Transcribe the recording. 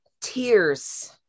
tears